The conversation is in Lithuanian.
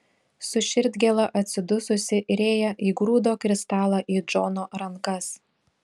su širdgėla atsidususi rėja įgrūdo kristalą į džono rankas